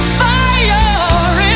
fire